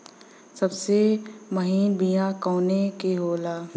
सबसे महीन बिया कवने के होला?